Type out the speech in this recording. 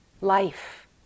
life